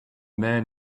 man